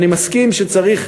אני מסכים שצריך,